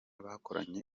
bakoranye